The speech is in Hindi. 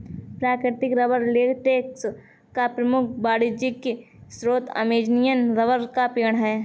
प्राकृतिक रबर लेटेक्स का प्रमुख वाणिज्यिक स्रोत अमेज़ॅनियन रबर का पेड़ है